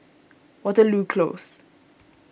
Waterloo Close